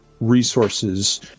resources